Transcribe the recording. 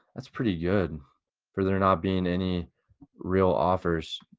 that's pretty good for there not being any real offers.